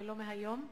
ולא מהיום.